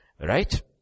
Right